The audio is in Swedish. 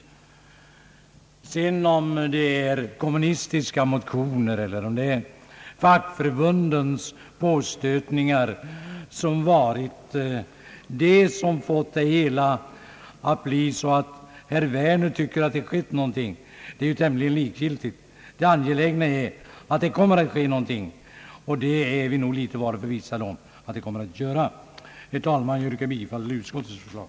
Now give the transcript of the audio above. Om det sedan är kommunistiska motioner eller fackförbundens påstötningar som fått det hela att bli så som herr Werner nu beskriver förhållandena är tämligen likgiltigt. Det angelägna är att någonting kommer att ske, och det är vi nog litet var förvissade om skall bli fallet. Herr talman! Jag yrkar bifall till utskottets förslag.